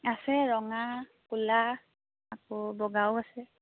আছে ৰঙা কলা আকৌ বগাও আছে